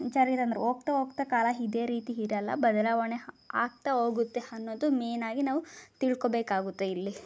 ಜಾರಿಗೆ ತಂದರು ಹೋಗ್ತಾ ಹೋಗ್ತಾ ಕಾಲ ಇದೇ ರೀತಿ ಇರಲ್ಲ ಬದಲಾವಣೆ ಆಗ್ತಾ ಹೋಗುತ್ತೆ ಅನ್ನೋದು ಮೇನಾಗಿ ನಾವು ತಿಳ್ಕೋಬೇಕಾಗುತ್ತೆ ಇಲ್ಲಿ